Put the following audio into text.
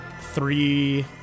three